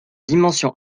dimension